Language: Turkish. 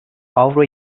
avro